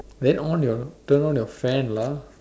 then on your turn on your fan lah